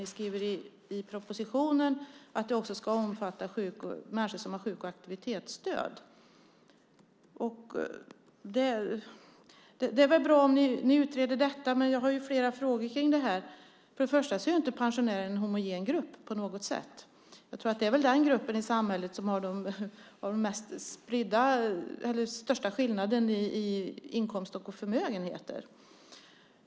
Ni skriver i propositionen att den också ska omfatta människor som har sjuk och aktivitetsstöd. Det är väl bra om ni utreder detta, men jag har flera frågor om det här. För det första är inte pensionärer en homogen grupp på något sätt. Jag tror att det är den grupp i samhället som har de största skillnaderna när det gäller inkomster och förmögenhet.